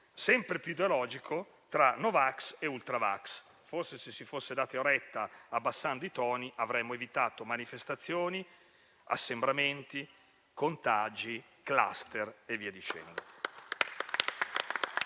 sempre più ideologico, tra no vax e ultra vax. Forse, se si fosse dato retta, abbassando i toni, avremmo evitato manifestazioni, assembramenti, contagi, *cluster* e via dicendo.